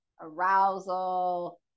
arousal